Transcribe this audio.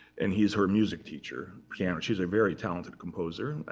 and he is her music teacher. yeah but she's a very talented composer. and